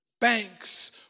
banks